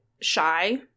shy